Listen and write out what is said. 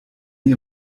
ihr